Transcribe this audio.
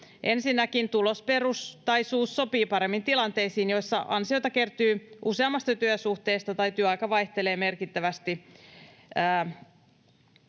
Ensinnäkin tuloperusteisuus sopii paremmin tilanteisiin, joissa ansioita kertyy useammasta työsuhteesta tai työaika vaihtelee merkittävästi.